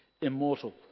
immortal